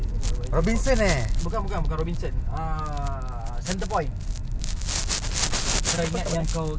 but all was kid size sekali aku tengah tunggu kat tingkap aku ternampak size ten aku try nine point five